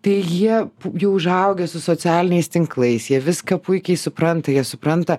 tai jie jau užaugę su socialiniais tinklais jie viską puikiai supranta jie supranta